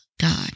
God